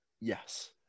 Yes